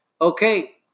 Okay